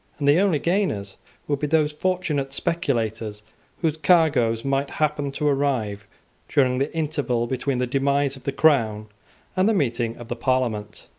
and the only gainers would be those fortunate speculators whose cargoes might happen to arrive during the interval between the demise of the crown and the meeting of the parliament.